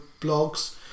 blogs